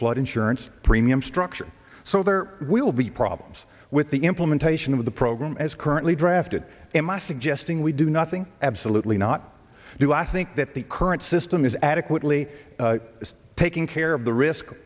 flood insurance premium structure so there will be problems with the implementation of the program as currently drafted am i suggesting we do nothing absolutely not do i think that the current system is adequately taking care of the risk